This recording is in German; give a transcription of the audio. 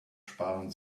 sparen